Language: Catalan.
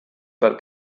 pel